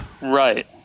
Right